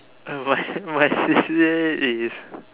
why why she says is